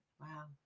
Wow